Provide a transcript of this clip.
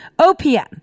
OPM